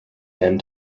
then